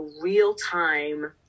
real-time